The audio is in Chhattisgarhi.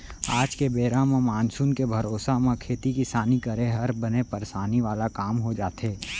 आज के बेरा म मानसून के भरोसा म खेती किसानी करे हर बने परसानी वाला काम हो जाथे